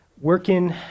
working